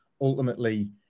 ultimately